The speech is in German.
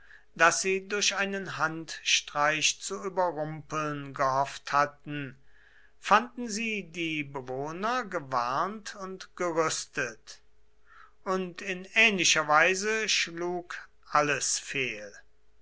das sie durch einen handstreich zu überrumpeln gehofft hatten fanden sie die bewohner gewarnt und gerüstet und in ähnlicher weise schlug alles fehl